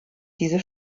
diese